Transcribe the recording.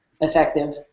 effective